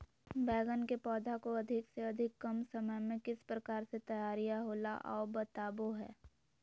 बैगन के पौधा को अधिक से अधिक कम समय में किस प्रकार से तैयारियां होला औ बताबो है?